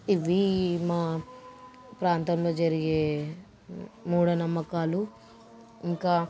ఇవి మా ప్రాంతంలో జరిగే మూఢనమ్మకాలు ఇంకా